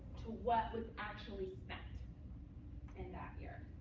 to what was actually spent in that year.